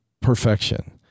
perfection